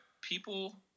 people